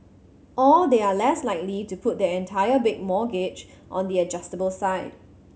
or they are less likely to put their entire big mortgage on the adjustable side